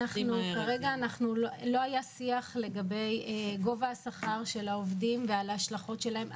לא היה שיח לגבי השכר של העובדים ועל ההשלכות שלהם.